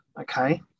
okay